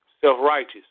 self-righteous